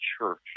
church